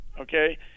Okay